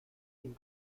von